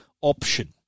option